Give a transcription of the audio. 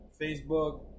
Facebook